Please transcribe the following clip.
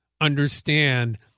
understand